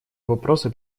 вопросы